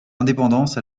indépendance